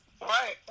Right